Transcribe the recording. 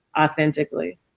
authentically